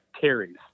carries